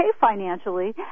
financially